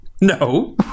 No